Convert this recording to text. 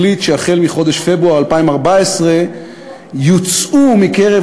החליט שמחודש פברואר 2014 יוצאו מקרב